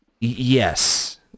Yes